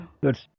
Good